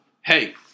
Hey